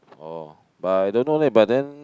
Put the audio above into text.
oh but I don't know leh but then